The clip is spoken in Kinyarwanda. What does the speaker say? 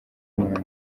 imana